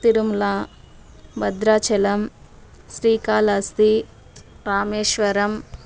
Tirumala Bhadrachalam Srikalahasti Rameswaram